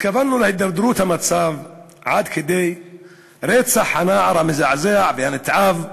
התכוונו להידרדרות המצב עד כדי רצח הנער המזעזע והנתעב,